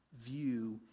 view